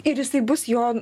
ir jisai bus jo